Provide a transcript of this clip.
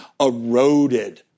eroded